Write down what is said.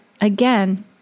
again